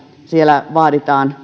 siellä vaadittiin